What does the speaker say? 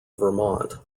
vermont